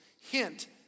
Hint